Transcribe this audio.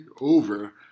over